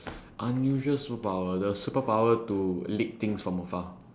unusual superpower the superpower to lick things from afar